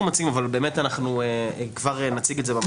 מציעים אבל באמת אנחנו נציג את זה במצגת.